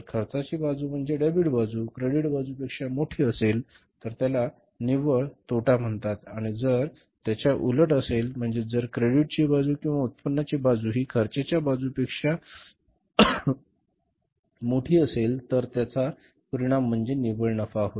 जर खर्चाची बाजू म्हणजे डेबिट बाजू क्रेडिट बाजूपेक्षा मोठी असेल तर त्याला निव्वळ तोटा म्हणतात आणि जर त्याच्या उलट असेल म्हणजेच जर क्रेडिटची बाजू किंवा उत्पन्नाची बाजू ही खर्चाच्या बाजूपेक्षा म्हणजेच डेबिट बाजूपेक्षा मोठी असेल तर त्याचा परिणाम म्हणजे निव्वळ नफा होय